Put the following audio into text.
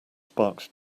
sparkled